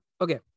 okay